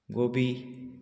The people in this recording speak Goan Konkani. गोबी